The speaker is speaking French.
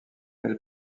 elle